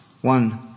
one